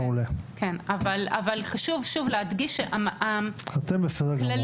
אבל חשוב להדגיש שהכללים --- אתם בסדר גמור.